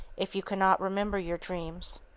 if you cannot remember your dreams.